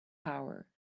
power